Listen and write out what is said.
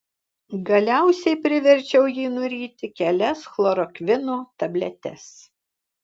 galiausiai priverčiau jį nuryti kelias chlorokvino tabletes